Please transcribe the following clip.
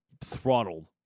throttled